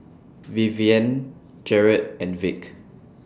Vivienne Jarret and Vic